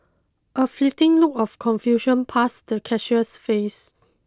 a fleeting look of confusion passed the cashier's face